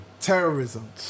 Terrorism